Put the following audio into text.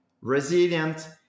resilient